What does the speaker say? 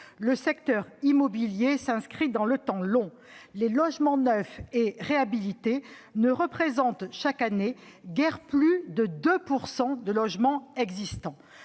Le secteur immobilier s'inscrit dans le temps long, les logements neufs et réhabilités ne représentant, chaque année, guère plus de 2 % des logements existants.